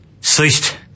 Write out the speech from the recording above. ceased